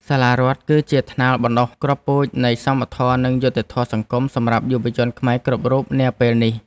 សាលារដ្ឋគឺជាថ្នាលបណ្តុះគ្រាប់ពូជនៃសមធម៌និងយុត្តិធម៌សង្គមសម្រាប់យុវជនខ្មែរគ្រប់រូបនាពេលនេះ។